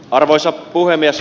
arvoisa puhemies